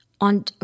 on